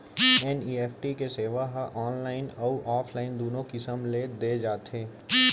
NEFT के सेवा ह ऑनलाइन अउ ऑफलाइन दूनो किसम ले दे जाथे